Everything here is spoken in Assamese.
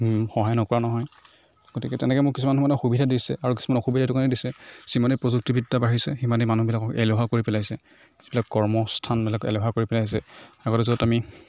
সহায় নকৰা নহয় গতিকে তেনেকৈ মোক কিছুমান মানে সুবিধা দিছে আৰু কিছুমান অসুবিধা এইটো কাৰণে দিছে যিমানে প্ৰযুক্তিবিদ্যা বাঢ়িছে সিমানেই মানুহবিলাকক এলেহুৱা কৰি পেলাইছে যিবিলাক কৰ্মস্থানবিলাক এলেহুৱা কৰি পেলাইছে আগতে য'ত আমি